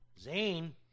Zane